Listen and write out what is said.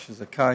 מי שזכאי.